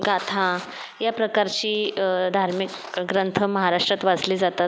गाथा या प्रकारची धार्मिक ग्रंथ महाराष्ट्रात वाचली जातात